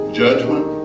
judgment